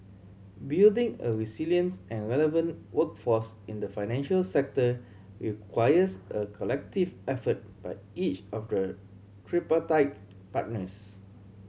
building a resilience and relevant workforce in the financial sector requires a collective effort by each of the tripartite partners